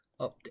update